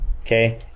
Okay